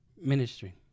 ministry